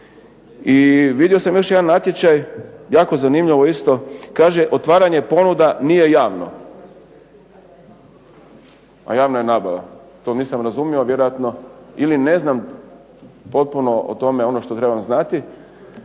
I vidio sam još jedan natječaj, jako zanimljivo isto, kaže otvaranje … /Govornik se ne razumije./… nije javno, a javna je nabava. To nisam razumio, a vjerojatno ili ne znam potpuno o tome ono što trebam znati